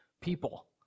people